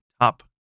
Top